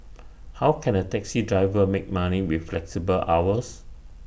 how can A taxi driver make money with flexible hours